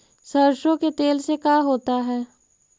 सरसों के तेल से का होता है?